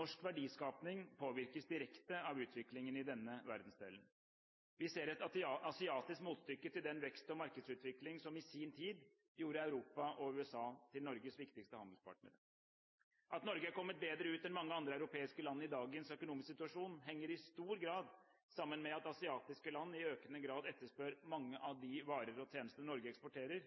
Norsk verdiskaping påvirkes direkte av utviklingen i denne verdensdelen. Vi ser et asiatisk motstykke til den vekst og markedsutvikling som i sin tid gjorde Europa og USA til Norges viktigste handelspartnere. At Norge har kommet bedre ut enn mange andre europeiske land i dagens økonomiske situasjon, henger i stor grad sammen med at asiatiske land i økende grad etterspør mange av de varer og tjenester Norge eksporterer,